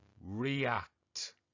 react